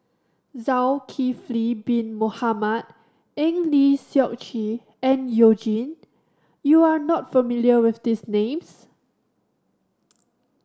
Zulkifli Bin Mohamed Eng Lee Seok Chee and You Jin you are not familiar with these names